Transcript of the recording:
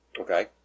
Okay